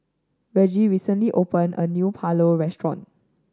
Reggie recently opened a new Pulao Restaurant